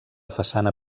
façana